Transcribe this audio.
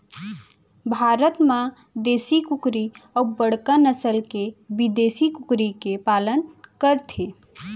भारत म देसी कुकरी अउ बड़का नसल के बिदेसी कुकरी के पालन करथे